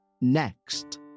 next